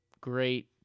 great